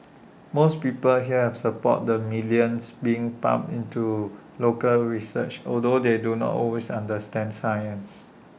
most people here are support the billions being pumped into local research although they do not always understand science